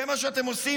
זה מה שאתם עושים,